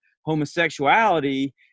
homosexuality